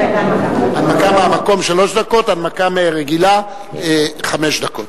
הנמקה מהמקום שלוש דקות, הנמקה רגילה חמש דקות.